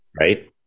right